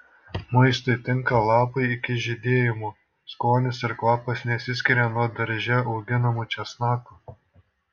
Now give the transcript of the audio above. maistui tinka lapai iki žydėjimo skonis ir kvapas nesiskiria nuo darže auginamų česnakų